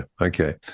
Okay